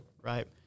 right